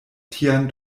tian